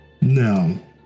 No